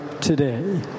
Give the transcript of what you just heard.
today